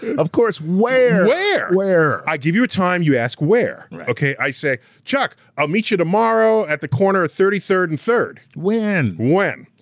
of course, where? where? where? i give you a time, you ask where. okay, i say, chuck, i'll meet you tomorrow at the corner of thirty third and third. when? when.